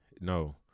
no